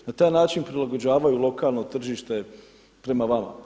Na taj način prilagođavaju lokalno tržište prema vama.